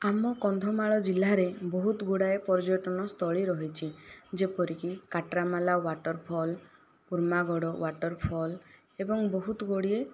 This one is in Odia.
ଆମ କନ୍ଧମାଳ ଜିଲ୍ଲାରେ ବହୁତ ଗୁଡ଼ାଏ ପର୍ଯ୍ୟଟନ ସ୍ଥଳି ରହିଛି ଯେପରିକି Katramal waterfall Himagada waterfall ଏବଂ ବହୁତ ଗୁଡ଼ିଏ